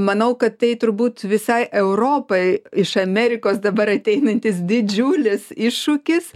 manau kad tai turbūt visai europai iš amerikos dabar ateinantis didžiulis iššūkis